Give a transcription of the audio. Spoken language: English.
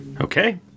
okay